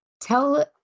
tell